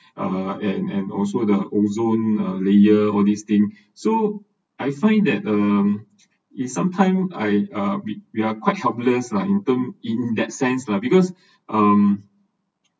uh and and also the ozone uh layer all these thing so I find that um in some time I uh we we are quite helpless lah in term in that sense lah because um